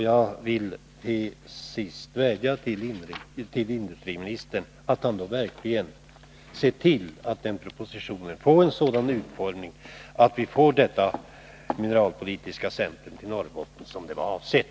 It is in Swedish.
Jag vill till sist vädja till industriministern att han då verkligen ser till att den propositionen ges en sådan utformning att vi får detta mineralpolitiska centrum till Norrbotten, som det var avsett.